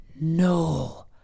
No